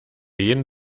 jeden